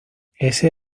ese